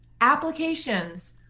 applications